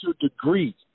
degree